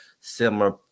similar